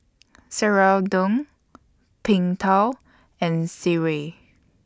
Serunding Png Tao and Sireh